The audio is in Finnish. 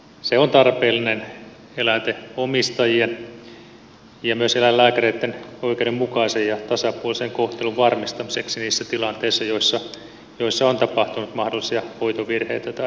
se on tarpeellinen eläinten omistajien ja myös eläinlääkäreitten oikeudenmukaisen ja tasapuolisen kohtelun varmistamiseksi niissä tilanteissa joissa on tapahtunut mahdollisia hoitovirheitä tai vahinkoja